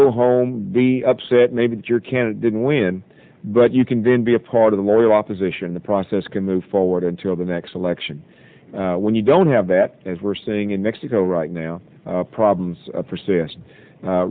go home be upset maybe that your candidate didn't win but you can be a part of the loyal opposition the process can move forward until the next election when you don't have that as we're seeing in mexico right now problems